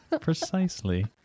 precisely